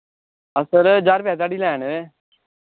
अस सर ज्हार रपेआ धयाड़ी लै ने